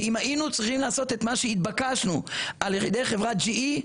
כי אם היינו צריכים לעשות את מה שהתבקשנו על ידי חברת GE,